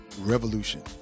Revolution